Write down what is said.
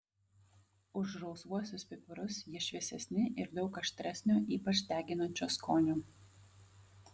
už rausvuosius pipirus jie šviesesni ir daug aštresnio ypač deginančio skonio